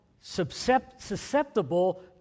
susceptible